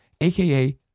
aka